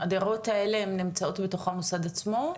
הדירות האלה הן נמצאות בתוך המוסד עצמו?